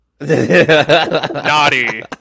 Naughty